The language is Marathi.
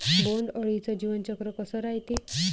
बोंड अळीचं जीवनचक्र कस रायते?